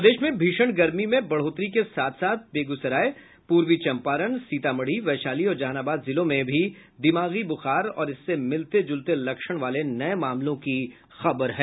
प्रदेश में भीषण गर्मी में बढ़ोतरी के साथ बेगुसराय पूर्वी चम्पारण सीतामढ़ी वैशाली और जहानाबाद जिलों में भी दिमागी बुखार और इससे मिलते जुलते लक्षण वाले नये मामलों की खबर है